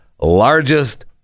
largest